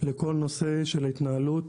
לכל הנושא של התנהלות